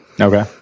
Okay